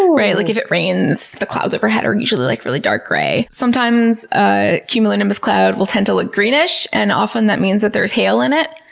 right? like if it rains, the clouds overhead are usually like really dark gray. sometimes a cumulonimbus cloud will tend to look greenish, and often that means that there's hail in it.